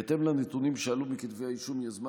בהתאם לנתונים שעלו מכתבי האישום יזמה